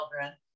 children